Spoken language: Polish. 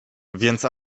więc